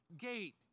gate